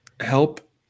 Help